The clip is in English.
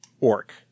orc